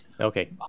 Okay